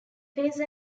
face